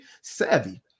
savvy